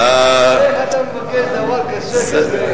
איך אתה מבקש דבר קשה כזה?